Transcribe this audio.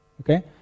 Okay